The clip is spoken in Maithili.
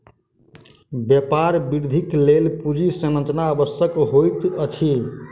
व्यापार वृद्धिक लेल पूंजी संरचना आवश्यक होइत अछि